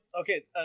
okay